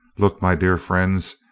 look, my dear friends,